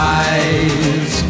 eyes